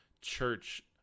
church